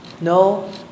No